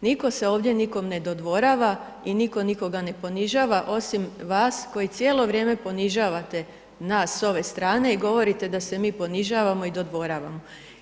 Nitko se ovdje nikome ne dodvorava i nitko nikoga ne ponižava osim vas koji cijelo vrijeme ponižavate nas s ove strane i govorite da se mi ponižavamo i dodvoravamo.